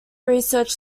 research